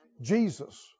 Jesus